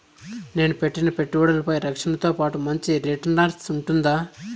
నేను పెట్టిన పెట్టుబడులపై రక్షణతో పాటు మంచి రిటర్న్స్ ఉంటుందా?